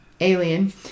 alien